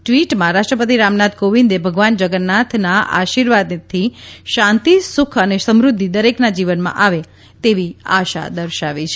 ટ્વિટમાં રાષ્ટ્રપતિ રામનાથ કોવિંદ ભગવાન જગન્નાથના આશીર્વાદથી શાંતિ સુખ અને સમૃદ્ધિ દરેકના જીવનમાં આવે તેવી આશા દર્શાવી છે